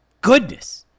goodness